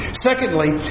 Secondly